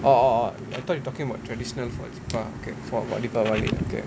orh orh orh I thought you talking about traditional for jippa okay for deepavali okay